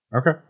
Okay